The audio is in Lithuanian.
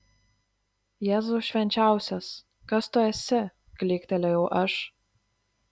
jėzau švenčiausias kas tu esi klyktelėjau aš